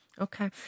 Okay